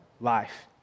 life